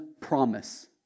promise